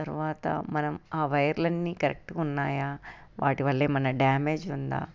తరువాత మనం ఆ వైర్లన్నీ కరెక్ట్గా ఉన్నాయా వాటి వల్ల ఏమైనా డ్యామేజ్ ఉందా